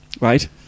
Right